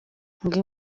ngo